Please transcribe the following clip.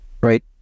right